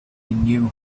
knew